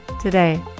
today